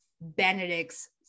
benedict's